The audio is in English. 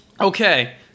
Okay